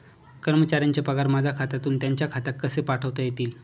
कर्मचाऱ्यांचे पगार माझ्या खात्यातून त्यांच्या खात्यात कसे पाठवता येतील?